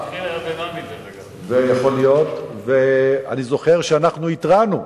אני זוכר שאנחנו התרענו,